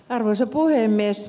arvoisa puhemies